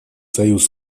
союз